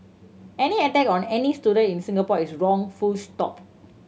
any attack on any student in Singapore is wrong full stop